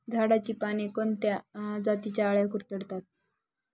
झाडाची पाने कोणत्या जातीच्या अळ्या कुरडतात?